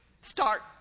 start